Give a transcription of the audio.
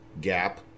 gap